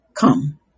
come